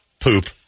poop